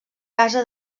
casa